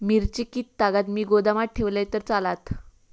मिरची कीततागत मी गोदामात ठेवलंय तर चालात?